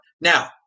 now